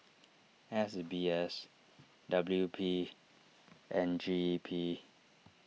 S B S W P and G E P